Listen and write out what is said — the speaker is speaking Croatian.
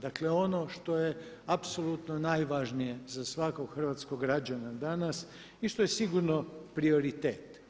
Dakle, ono što je apsolutno najvažnije za svakog hrvatskog građana danas i što je sigurno prioritet.